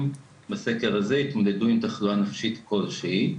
בסקר הזה התמודדו עם תחלואה נפשית כלשהי.